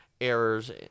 errors